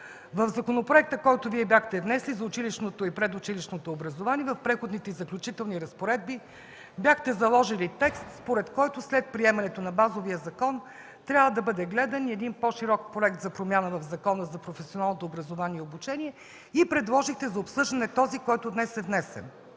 В законопроекта за училищното и предучилищното образование, който Вие бяхте внесли, в Преходните и заключителни разпоредби бяхте заложили текст, според който след приемането на базовия закон, трябва да бъде гледан и по-широк Проект за промяна в Закона за професионалното образование и обучение и предложихте за обсъждане този, който днес е внесен.